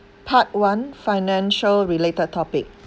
part one financial related topic